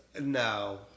no